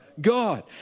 God